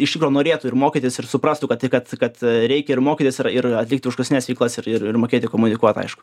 iš tikro norėtų ir mokytis ir suprastų kad tai kad kad reikia ir mokytis ir ir atlikti užklasines veiklas ir ir mokėti komunikuot aišku